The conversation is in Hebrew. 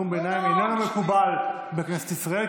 נאום ביניים איננו מקובל בכנסת ישראל,